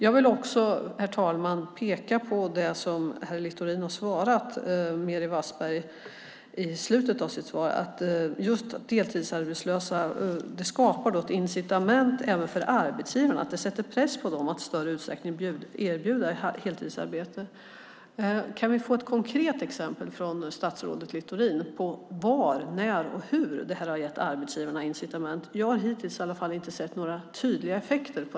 Jag vill också peka på det som herr Littorin har skrivit i slutet på interpellationssvaret till Meeri Wasberg om att begränsningsregeln för deltidsarbetslösa skapar ett incitament även för arbetsgivarna och sätter press på dem att i större utsträckning erbjuda heltidsarbete. Kan vi få konkreta exempel från statsrådet Littorin på var, när och hur det här har gett arbetsgivarna incitament? Jag har i alla fall hittills inte sett några tydliga effekter.